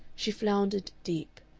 she floundered deep.